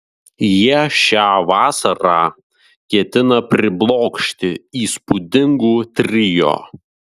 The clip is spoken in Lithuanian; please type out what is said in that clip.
jie šią vasarą ketina priblokšti įspūdingu trio